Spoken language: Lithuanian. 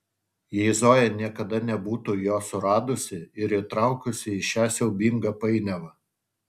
jei zoja niekada nebūtų jo suradusi ir įtraukusi į šią siaubingą painiavą